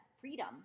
freedom